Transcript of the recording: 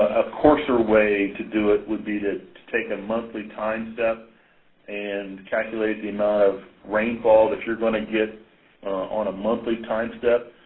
a coarser way to do it would be to take a monthly time step and calculate the amount of rainfall that you're going to get on a monthly time step.